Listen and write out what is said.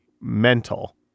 mental